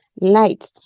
light